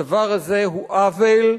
הדבר הזה הוא עוול,